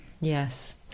Yes